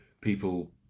people